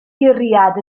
guriad